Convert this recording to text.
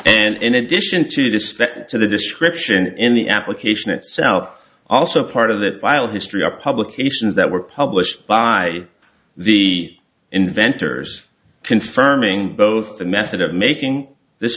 and in addition to this that to the description in the application itself also part of that file history of publications that were published by the inventors confirming both the method of making this